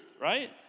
right